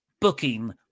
booking